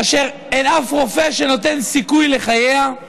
ואין אף רופא שנותן לה סיכוי לחיות.